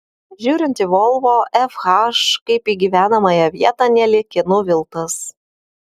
žiūrint į volvo fh kaip į gyvenamąją vietą nelieki nuviltas